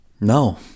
no